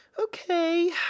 Okay